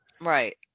Right